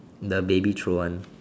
the baby throw one